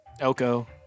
Elko